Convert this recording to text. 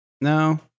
No